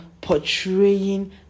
portraying